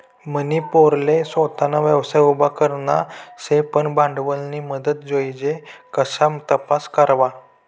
मनी पोरले सोताना व्यवसाय उभा करना शे पन भांडवलनी मदत जोइजे कशा तपास करवा?